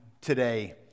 today